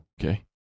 Okay